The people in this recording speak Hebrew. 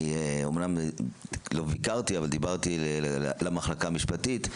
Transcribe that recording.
אומנם לא ביקרתי, אבל דיברתי למחלקה המשפטית.